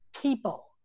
people